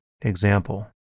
example